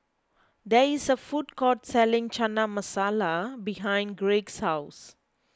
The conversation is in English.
there is a food court selling Chana Masala behind Craig's house